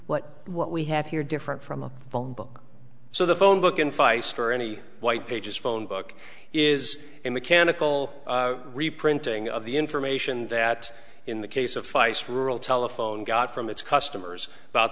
what what we have here different from a phone book so the phone book in feis for any white pages phone book is a mechanical reprinting of the information that in the case of fice rural telephone got from its customers about